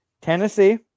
Tennessee